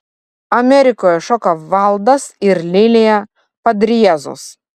amerikoje šoka valdas ir lilija padriezos